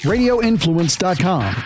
Radioinfluence.com